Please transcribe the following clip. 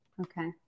Okay